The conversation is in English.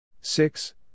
six